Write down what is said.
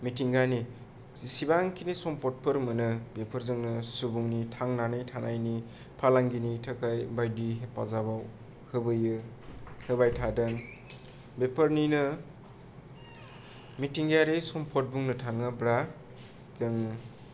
मिथिंगानि जिसिबांखिनि सम्पदफोर मोनो बेफोरजोंनो सुबुंनि थांनानै थानायनि फालांगिनि थाखाय बायदि हेफाजाबाव होबोयो होबाय थादों बेफोरनिनो मिथिंगायारि सम्पद बुंनो थाङोब्ला जों